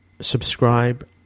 Subscribe